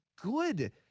good